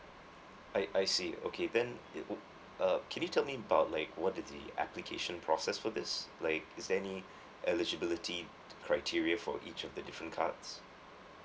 I I see okay then it would uh can you tell me about like what is the application process for this like is there any eligibility criteria for each of the different cards